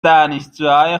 دانشجوهای